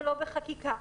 ולא בחקיקה,